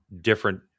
different